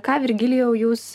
ką virgilijau jūs